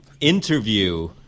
interview